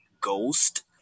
ghost